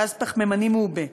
גז פחמימני מעובה: